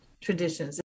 traditions